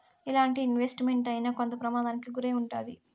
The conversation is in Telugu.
ఎలాంటి ఇన్వెస్ట్ మెంట్ అయినా కొంత ప్రమాదానికి గురై ఉంటాది